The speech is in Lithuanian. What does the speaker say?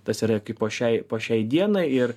tas yra kaip po šiai po šiai dienai ir